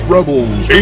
Rebels